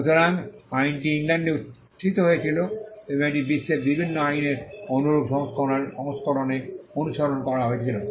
সুতরাং আইনটি ইংল্যান্ডে উত্থিত হয়েছিল এবং এটি বিশ্বের বিভিন্ন আইনের অনুরূপ সংস্করণে অনুসরণ করা হয়েছিল